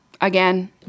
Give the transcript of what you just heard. Again